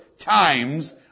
times